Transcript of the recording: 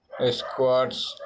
squats